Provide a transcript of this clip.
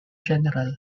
general